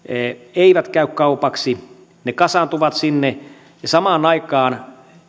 eivät käy kaupaksi ne kasaantuvat sinne ja samaan aikaan